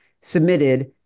submitted